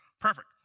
Perfect